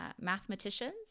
mathematicians